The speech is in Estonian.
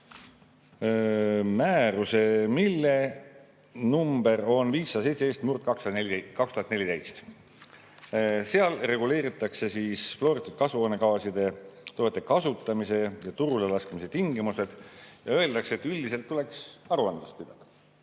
määruse, mille number on 517/2014. Seal reguleeritakse fluoritud kasvuhoonegaaside toodete kasutamise ja turule laskmise tingimused ja öeldakse, et üldiselt tuleks aruandlust pidada.